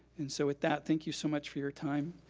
and so with that, thank you so much for your time,